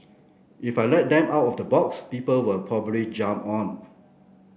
if I let them out of the box people will probably jump on